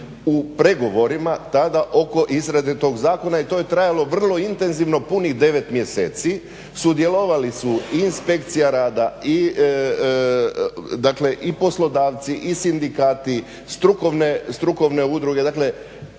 u pregovorima tada oko izrade tog zakona i to je trajalo vrlo intenzivno punih 9 mjeseci. Sudjelovali su i Inspekcija rada i poslodavci i sindikati, strukovne udruge. Dakle,